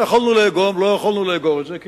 לא יכולנו לאגור את זה,